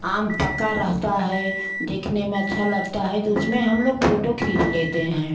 आम पका रहता है देखने में अच्छा लगता है तो उसमें हम लोग फ़ोटो खींच लेते हैं